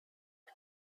six